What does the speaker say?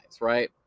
right